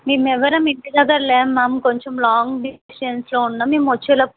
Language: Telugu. మేం ఎవరం ఇంటి దగ్గర లేము మ్యామ్ కొంచం లాంగ్ డిస్టెన్స్లో ఉన్నాం మేం వచ్చే లోపల